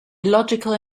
illogical